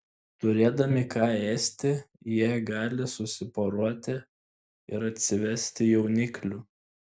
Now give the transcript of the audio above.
turėdami ką ėsti jie gali susiporuoti ir atsivesti jauniklių